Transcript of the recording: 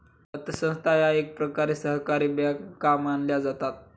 पतसंस्था या एकप्रकारे सहकारी बँका मानल्या जातात